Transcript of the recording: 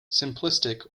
simplistic